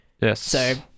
Yes